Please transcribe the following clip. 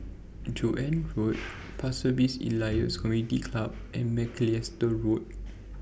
Joan Road Pasir Ris Elias Community Club and Macalister Road